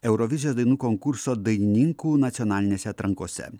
eurovizijos dainų konkurso dainininkų nacionalinėse atrankose